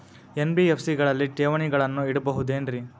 NBFC ಗಳಲ್ಲಿ ಠೇವಣಿಗಳನ್ನು ಇಡಬಹುದೇನ್ರಿ?